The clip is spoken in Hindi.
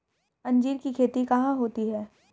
अंजीर की खेती कहाँ होती है?